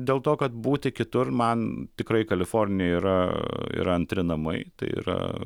dėl to kad būti kitur man tikrai kalifornija yra ir antri namai tai yra